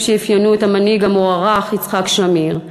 הם שאפיינו את המנהיג המוערך יצחק שמיר,